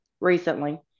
recently